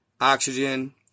oxygen